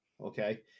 Okay